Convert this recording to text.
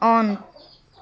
on